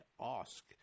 ask